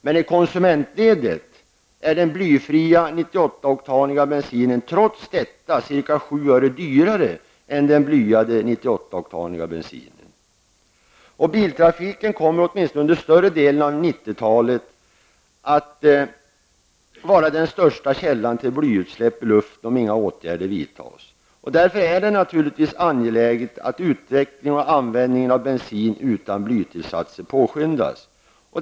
Men i konsumentledet är den blyfria 98-oktaniga bensinen trots detta ca 7 öre dyrare än blyad 98-oktanig bensin. Biltrafiken kommer åtminstone under större delen av 90-talet att vara den största källan till blyutsläpp i luft, om inga åtgärder vidtas. Därför är det naturligtvis angeläget att denna utveckling och användningen av bensin utan blytillsatser påskyndas.